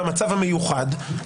בראשון ובחמישי מתכנסים?